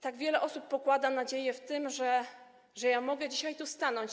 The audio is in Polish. Tak wiele osób pokłada nadzieję w tym, że ja mogę dzisiaj tu stanąć.